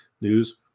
news